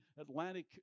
Atlantic